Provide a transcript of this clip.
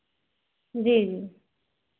जी जी